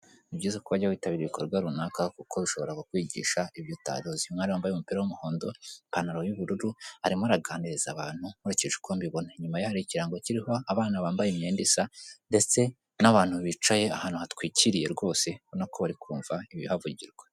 Ni byiza ko wajya witabira ibikorwa runaka kuko bishobora kukwigisha ibyo utari uzi. Umwari wambaye umupira w'umuhondo, ipantaro y'ubururu, arimo araganiriza abantu nkurikije uko mbibona. Inyuma ye hari ikirango kiriho abana bambaye imyenda isa ndetse n'abantu bicaye ahantu hatwikiriye rwose, ubona ko bari kumva ibihavugirwa.